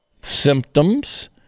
symptoms